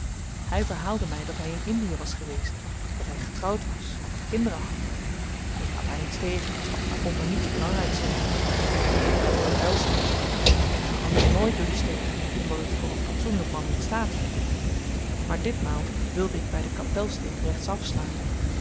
hy verhaalde my dat hy in indie was geweest dat hy getrouwd was dat hy kinderen had ik had daar niets tegen maar vond er niets belangryks in by de kapelsteeg ik ga anders nooit door die steeg omdat het voor een fatsoenlyk man niet staat vind ik maar ditmaal wilde ik by de kapelsteeg